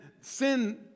sin